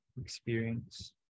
experience